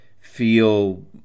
feel